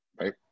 right